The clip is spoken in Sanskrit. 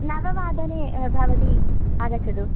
नववादने भवती आगच्छतु